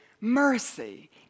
mercy